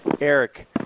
Eric